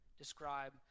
Describe